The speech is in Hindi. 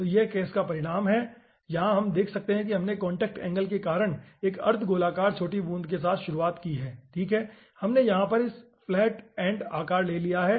तो यह केस का परिणाम है यहां आप देख सकते हैं कि हमने कांटेक्ट एंगल के कारण एक अर्धगोलाकार छोटी बूंद के साथ शुरुआत की ठीक है इसने यहां पर फ्लैट एन्ड आकार ले लिया है